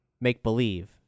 Make-believe